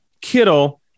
Kittle